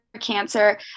cancer